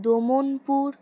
Damanpur